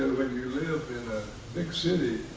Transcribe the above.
when you live in a big city,